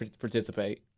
participate